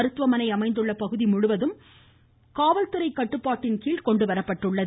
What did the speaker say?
மருத்துவமனை அமைந்துள்ள பகுதி முழுவதும் காவல்துறை கட்டுப்பாட்டின்கீழ் கொண்டு வரப்பட்டுள்ளது